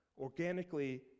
organically